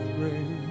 rain